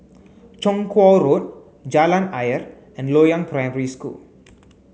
Chong Kuo Road Jalan Ayer and Loyang Primary School